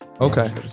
Okay